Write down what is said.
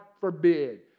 forbid